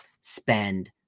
spend